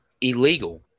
illegal